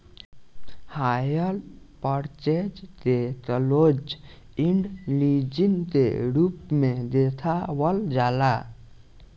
hire purchase के close end leasing के रूप में देखावल जाला